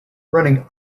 running